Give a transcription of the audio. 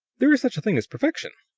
there is such a thing as perfection.